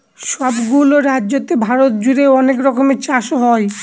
সব গুলো রাজ্যতে ভারত জুড়ে অনেক রকমের চাষ হয়